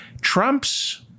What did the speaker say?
Trump's